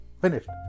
Finished